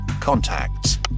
Contacts